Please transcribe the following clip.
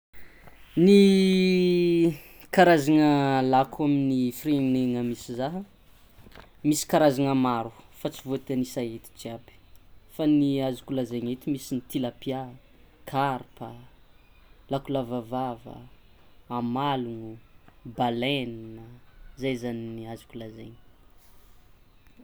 Ny karazana lako amy firenena misy zah misy karazana maro fa tsy voatanisa eto jiaby fa ny azoko lazaina eto misy ny tilapia, karpa, lako lava vava, amalogno, baleina zay zany ny azoko lazaina.